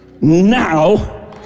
now